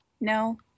No